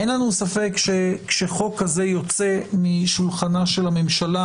אין לנו ספק שכשחוק כזה יוצא משולחנה של הממשלה